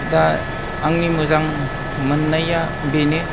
दा आंनि मोजां मोननाया बेनो